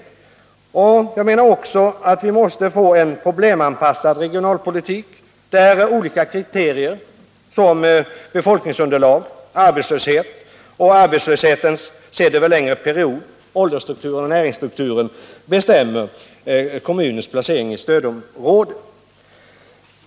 Jag menar också att vi måste få en problemanpassad regionalpolitik. där olika kriterier, såsom befolkningsunderlag. arbetslöshet. arbets löshet sedd över en längre period. åldersstruktur och nä nesstruktur. bestämmer kommunens placering i stödomrade.